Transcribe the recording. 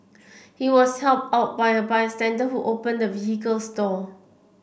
he was helped out by a bystander who opened the vehicle's door